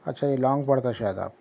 اچھا یہ لانگ پڑتا ہے شاید آپ کو